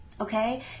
okay